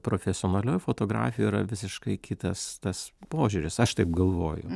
profesionalioj fotografijoj yra visiškai kitas tas požiūris aš taip galvoju